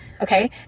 okay